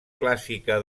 clàssica